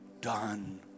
done